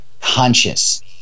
conscious